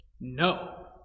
No